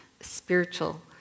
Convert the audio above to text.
spiritual